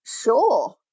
sure